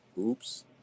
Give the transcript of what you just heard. Oops